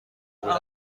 بودم